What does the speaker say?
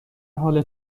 حال